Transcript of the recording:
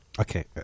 Okay